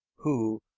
who,